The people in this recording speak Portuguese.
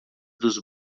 dos